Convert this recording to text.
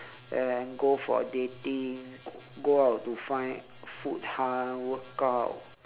and go for a dating go out to find food ha workout